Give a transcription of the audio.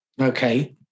Okay